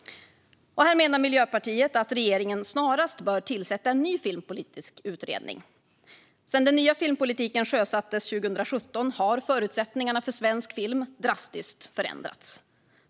Miljöpartiet menar att regeringen snarast bör tillsätta en ny filmpolitisk utredning. Sedan den nya filmpolitiken sjösattes 2017 har förutsättningarna för svensk film drastiskt förändrats.